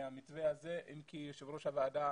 מהמתווה הזה אם כי יושב ראש הוועדה,